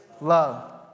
love